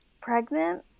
pregnant